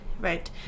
Right